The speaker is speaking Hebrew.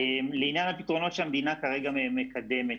לעניין הפתרונות שהמדינה כרגע מקדמת,